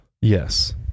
Yes